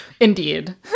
Indeed